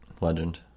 Legend